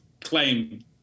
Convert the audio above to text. claim